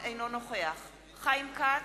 אינו נוכח חיים כץ,